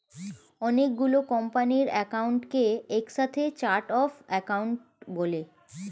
অনেক গুলো কোম্পানির অ্যাকাউন্টকে একসাথে চার্ট অফ অ্যাকাউন্ট বলে